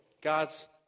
God's